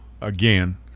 again